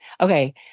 Okay